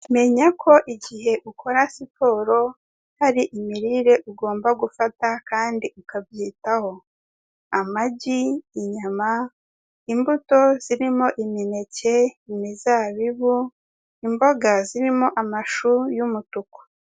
Menya ko igihe ukora siporo, hari imirire ugomba gufata kandi ukabyitaho, amagi, inyama, imbuto zirimo: imineke, imizabibu, imboga zirimo amashu y'umutuku.